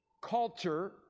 culture